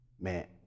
Man